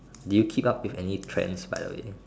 do you keep up with any trends by the way